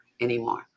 anymore